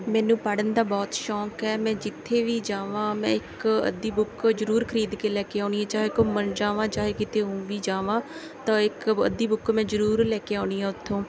ਮੈਨੂੰ ਪੜ੍ਹਨ ਦਾ ਬਹੁਤ ਸ਼ੌਕ ਹੈ ਮੈਂ ਜਿੱਥੇ ਵੀ ਜਾਵਾਂ ਮੈਂ ਇੱਕ ਅੱਧੀ ਬੁੱਕ ਜ਼ਰੂਰ ਖਰੀਦ ਕੇ ਲੈ ਕੇ ਆਉਂਦੀ ਹਾਂ ਚਾਹੇ ਘੁੰਮਣ ਜਾਵਾਂ ਚਾਹੇ ਕਿਤੇ ਊਂ ਵੀ ਜਾਵਾਂ ਤਾਂ ਇੱਕ ਅੱਧੀ ਬੁੱਕ ਮੈਂ ਜ਼ਰੂਰ ਲੈ ਕੇ ਆਉਂਦੀ ਹਾਂ ਉੱਥੋਂ